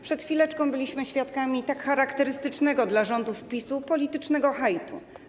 Przed chwileczką byliśmy świadkami tak charakterystycznego dla rządów PiS-u politycznego hejtu.